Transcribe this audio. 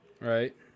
Right